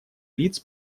лиц